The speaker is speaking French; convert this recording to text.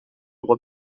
roi